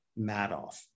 Madoff